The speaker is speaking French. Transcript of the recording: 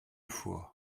fois